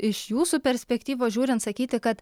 iš jūsų perspektyvos žiūrint sakyti kad